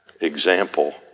example